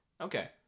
Okay